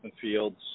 Fields